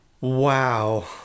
Wow